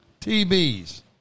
TB's